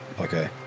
Okay